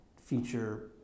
feature